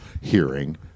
hearing